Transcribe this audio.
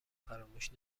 فراموش